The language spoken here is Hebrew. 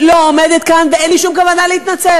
אז העובדה שמה שאנחנו רואים פה זה שמחנה אחד נלחם